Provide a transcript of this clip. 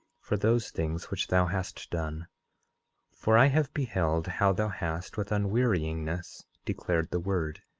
for those things which thou hast done for i have beheld how thou hast with unwearyingness declared the word,